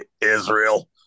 Israel